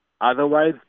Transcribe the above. Otherwise